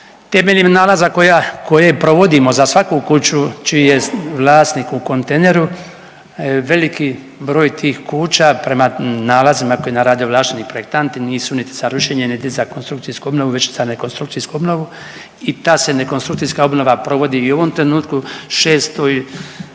temeljem nalaza koje provodimo za svaku kuću čiji je vlasnik u kontejneru veliki broj tih kuća prema nalazima na kojima rade ovlašteni projektanti nisu niti za rušenje, niti za konstrukcijsku obnovu već za nekonstrukcijsku obnovu. I ta se nekonstrukcijska obnova provodi i u ovom trenutku.